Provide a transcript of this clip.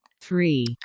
three